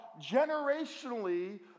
generationally